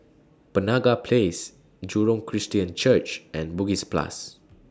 Penaga Place Jurong Christian Church and Bugis Plus